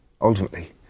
ultimately